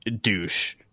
Douche